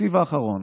בתקציב האחרון